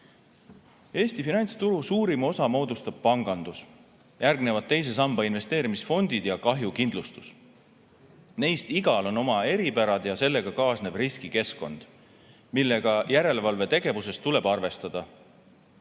Eesti finantsturu suurima osa moodustab pangandus, järgnevad teise samba investeerimisfondid ja kahjukindlustus. Neist igal on oma eripärad ja sellega kaasnev riskikeskkond, millega järelevalvetegevuses tuleb arvestada.